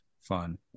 fun